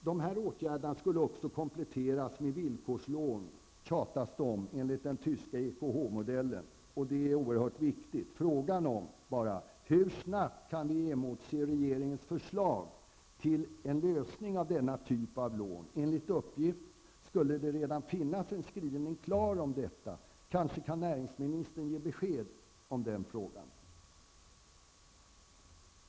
Dessa åtgärder skulle också kompletteras med villlkorslån enligt den tyska EKH-modellen, tjatas det om. Det är oerhört viktigt. Frågan är bara hur snabbt vi kan emotse regeringens förslag till en lösning. Enligt uppgift skulle det redan finnas en skrivning klar om detta. Kanske kan näringsministern ge besked i den frågan.